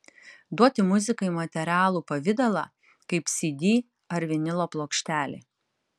duoti muzikai materialų pavidalą kaip cd ar vinilo plokštelė